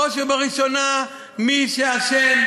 בראש ובראשונה מי שאשם,